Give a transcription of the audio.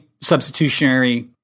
substitutionary